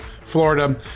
Florida